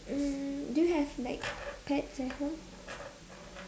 mm do you have like pets at home